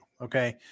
okay